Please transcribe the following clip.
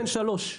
בן שלוש.